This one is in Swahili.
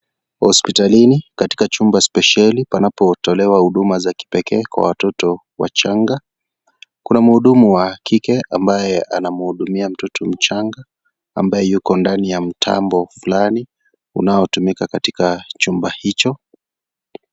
Hospitalini katika chumba spesheli panapotolewa huduma za kipekee kwa watoto wachanga, kuna mhudumu wa kike ambaye anamhudumia mtoto mchanga ambaye yuko ndani ya mtambo fulani unaotumika katika chumba hicho.